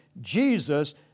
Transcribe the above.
Jesus